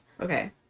Okay